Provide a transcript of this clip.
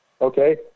Okay